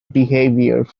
behavior